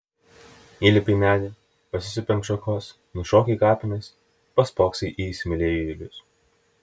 įlipi į medį pasisupi ant šakos nušoki į kapines paspoksai į įsimylėjėlius